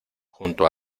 junto